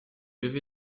levé